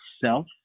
self